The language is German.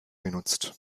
genutzt